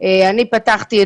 עוד לפני שבכלל התחלנו את